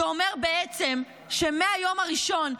זה אומר בעצם שמהיום הראשון,